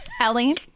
Ellie